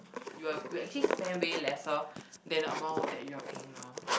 you are you actually spend way lesser than the amount that you are paying now